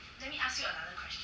okay err